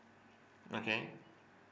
okay